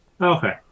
Okay